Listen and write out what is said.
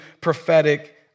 prophetic